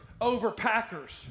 over-packers